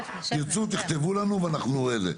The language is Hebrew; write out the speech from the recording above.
אם תרצו, תכתבו לנו ואנחנו נענה.